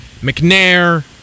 mcnair